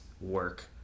work